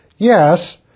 yes